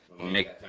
make